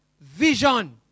vision